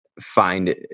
find